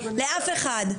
לאף אחד.